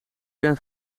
ben